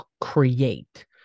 create